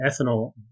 ethanol